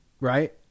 right